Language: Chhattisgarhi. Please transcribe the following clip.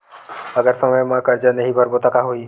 अगर समय मा कर्जा नहीं भरबों का होई?